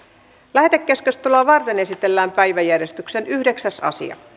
lähetekeskustelua varten esitellään päiväjärjestyksen yhdeksäs asia